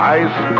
ice